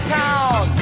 town